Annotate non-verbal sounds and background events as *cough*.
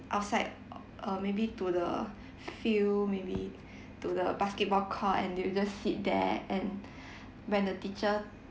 outside *noise* uh maybe to the field maybe *breath* to the basketball court and they will just sit there and *breath* when the teacher